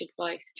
advice